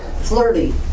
Flirty